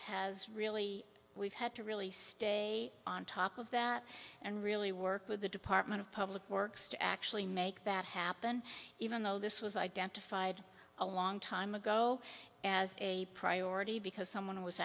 has really we've had to really stay on top of that and really work with the department of public works to actually make that happen even though this was identified a long time ago as a priority because someone was